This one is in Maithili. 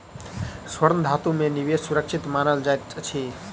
स्वर्ण धातु में निवेश सुरक्षित मानल जाइत अछि